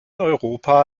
europa